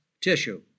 tissue